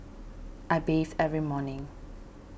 I bees every morning